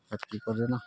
ଟିପ ଚିନ୍ହ